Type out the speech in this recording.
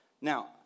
Now